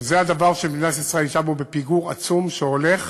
וזה הדבר שמדינת ישראל נשארה בו בפיגור עצום שהולך